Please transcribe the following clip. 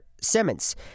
Simmons